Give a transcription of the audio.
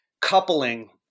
coupling